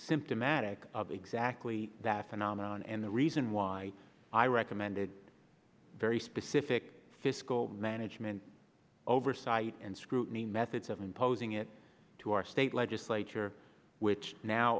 symptomatic of exactly that phenomenon and the reason why i recommended very specific fiscal management oversight and scrutiny methods of imposing it to our state legislature which now